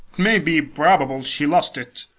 may be probable she lost it,